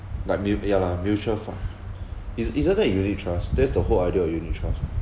like mu~ ya lah mutual fund is~ isn't that unit trust that's the whole idea of unit trust [what]